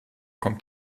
kommt